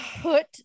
Put